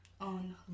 on